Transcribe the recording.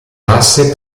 masse